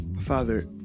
Father